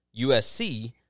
USC